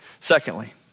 Secondly